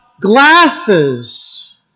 glasses